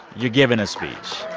you're giving a speech